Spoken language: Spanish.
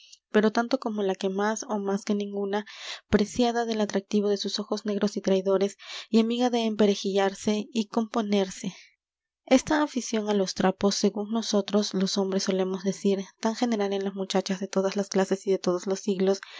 pero tanto como la que más ó más que ninguna preciada del atractivo de sus ojos negros y traidores y amiga de emperejilarse y componerse esta afición á los trapos según nosotros los hombres solemos decir tan general en las muchachas de todas las clases y de todos los siglos